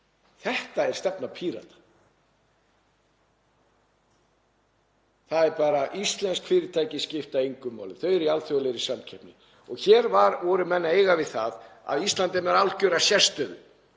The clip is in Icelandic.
Þetta er stefna Pírata. Hún er: Íslensk fyrirtæki skipta engu máli, þau eru í alþjóðlegri samkeppni. Hér eru menn að eiga við það að Ísland er með algjöra sérstöðu.